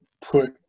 put